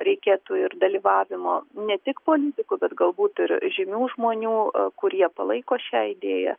reikėtų ir dalyvavimo ne tik politikų bet galbūt ir žymių žmonių kurie palaiko šią idėją